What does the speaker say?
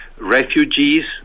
refugees